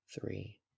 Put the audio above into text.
three